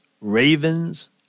Ravens